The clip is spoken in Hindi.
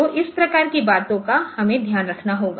तो इस प्रकार की बातों का हमें ध्यान रखना होगा